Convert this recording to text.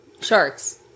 Sharks